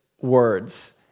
words